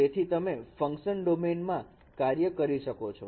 તેથી તમે function domain મા કાર્ય કરી શકો છો